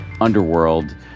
underworld